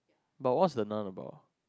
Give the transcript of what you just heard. but what's the-nun about